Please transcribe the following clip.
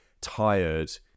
tired